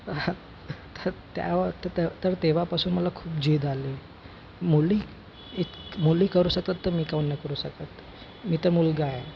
तर त्या तर तर तेव्हापासून मला खूप जिद आली मुली एक मुली करू शकतात तर मी काऊन नाही करू शकत मी तर मुलगा आहे